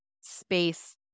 space